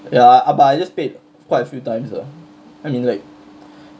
ya but I just paid quite a few times lah I mean like